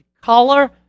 color